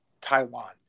Taiwan